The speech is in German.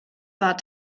war